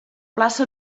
plaça